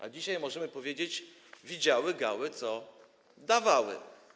A dzisiaj możemy powiedzieć: widziały gały, co dawały.